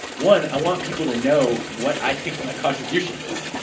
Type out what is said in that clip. one, i want people to know what i think my contribution is.